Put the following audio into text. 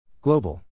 Global